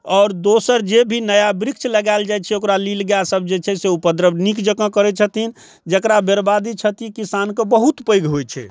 आओर दोसर जे भी नया वृक्ष लगाएल जाइ छै ओकरा निलगाय सब जे छै से उपद्रव नीक जकाँ करै छथिन जकरा बर्बादी क्षति किसान कऽ बहुत पैघ होइ छै